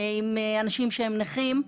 לאנשים שהם נכים.